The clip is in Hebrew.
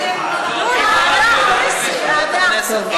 ועדת הכנסת.